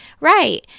right